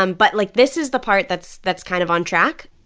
um but, like, this is the part that's that's kind of on track.